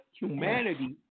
humanity